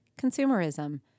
consumerism